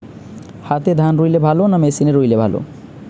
হাতে ধান রুইলে ভালো না মেশিনে রুইলে ভালো?